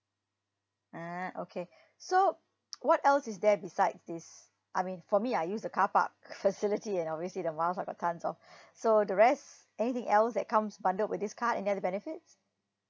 ah okay so what else is there beside this I mean for me I use the carpark facility and I always see the miles but I can't so so the rest anything else that comes bundled with this card and then the benefits